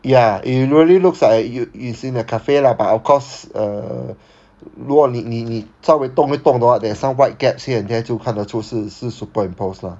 ya it really looks like you it's in a cafe lah but of course uh 如果你你稍微动一动的话 there's some white gaps here and there 就看得出是是 superimposed lah